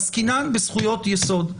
עסקינן בזכויות יסוד.